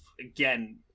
again